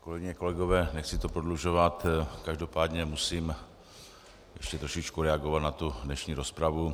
Kolegyně a kolegové, nechci to prodlužovat, každopádně musím trošičku reagovat na dnešní rozpravu.